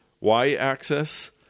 Y-axis